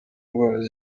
ndwara